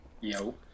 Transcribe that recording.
Yo